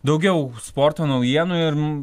daugiau sporto naujienų ir